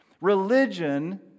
Religion